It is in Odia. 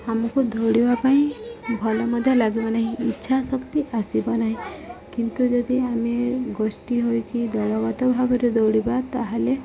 ଆମକୁ ଦୌଡ଼ିବା ପାଇଁ ଭଲ ମଧ୍ୟ ଲାଗିବ ନାହିଁ ଇଚ୍ଛା ଶକ୍ତି ଆସିବ ନାହିଁ କିନ୍ତୁ ଯଦି ଆମେ ଗୋଷ୍ଠି ହୋଇକି ଦଳଗତ ଭାବରେ ଦୌଡ଼ିବା ତା'ହେଲେ